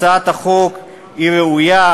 הצעת החוק ראויה.